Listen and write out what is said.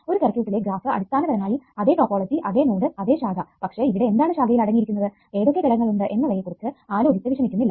ഒരു സർക്യൂട്ടിലെ ഗ്രാഫ് അടിസ്ഥാനപരമായി അതെ ടോപ്പോളജി അതെ നോഡു അതെ ശാഖ പക്ഷെ ഇവിടെ എന്താണ് ശാഖയിൽ അടങ്ങിയിരിക്കുന്നത് ഏതൊക്കെ ഘടകങ്ങൾ ഉണ്ട് എന്നവയെ കുറിച്ചു ആലോചിച്ചു വിഷമിക്കുന്നില്ല